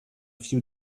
few